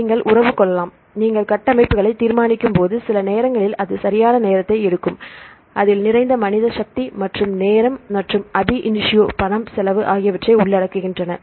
நீங்கள் உறவு கொள்ளலாம் நீங்கள் கட்டமைப்புகளைத் தீர்மானிக்கும்போது சில நேரங்களில் அது சரியான நேரத்தை எடுக்கும் அதில் நிறைய மனித சக்தி மற்றும் நேரம் மற்றும் ab initioபணம் செலவு ஆகியவற்றை உள்ளடக்குகின்றன